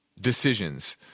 decisions